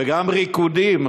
וגם ריקודים,